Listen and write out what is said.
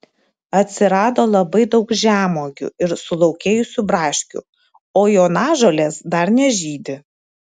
atsirado labai daug žemuogių ir sulaukėjusių braškių o jonažolės dar nežydi